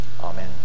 Amen